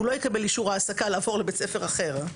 הוא לא יקבל אישור העסקה לעבור לבית ספר אחר.